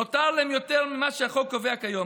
נותר להן יותר ממה שהחוק קובע כיום,